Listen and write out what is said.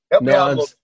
No